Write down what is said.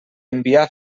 enviar